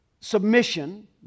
Submission